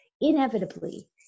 Inevitably